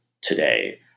today